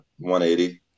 180